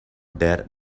dead